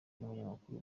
n’umunyamakuru